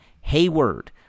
Hayward